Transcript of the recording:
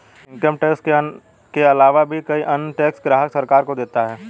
income tax के आलावा भी कई अन्य टैक्स ग्राहक सरकार को देता है